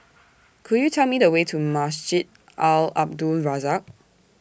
Could YOU Tell Me The Way to Masjid Al Abdul Razak